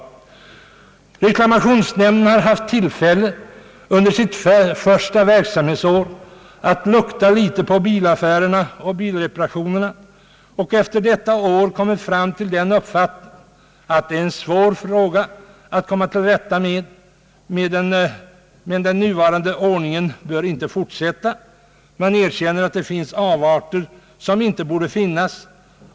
Reklamationsnämnden har haft tillfälle att under sitt första verksamhetsår »lukta» litet på bilaffärerna och bilreparationerna och har efter detta år uppfattningen att det är svårt att komma till rätta med den nuvarande ordningen. Man erkänner att här finns avarter som inte borde förekomma.